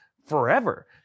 forever